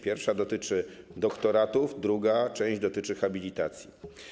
Pierwsza część dotyczy doktoratów, druga część dotyczy habilitacji.